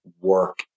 work